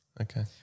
Okay